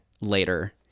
later